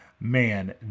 Man